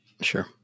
Sure